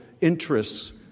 interests